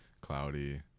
cloudy